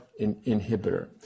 inhibitor